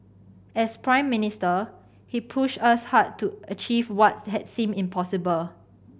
as Prime Minister he pushed us hard to achieve what had seemed impossible